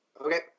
Okay